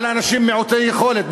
אנשים מעוטי יכולת.